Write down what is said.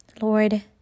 Lord